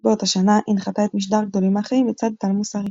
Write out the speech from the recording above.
באותה שנה הנחתה את משדר "גדולים מהחיים" לצד טל מוסרי.